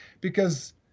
because-